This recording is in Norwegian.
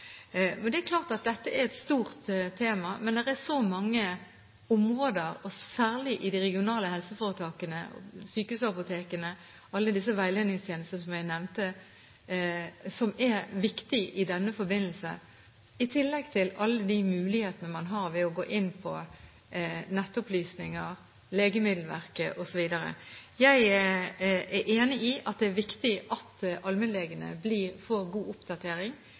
Det er klart at dette er et stort tema. Men det er så mange områder særlig i de regionale helseforetakene – sykehusapotekene og alle de veiledningstjenestene som jeg nevnte – som er viktige i denne forbindelse, i tillegg til alle de mulighetene man har ved å gå inn på nettopplysninger, Legemiddelverket osv. Jeg er enig i at det er viktig at allmennlegene får god oppdatering,